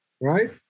Right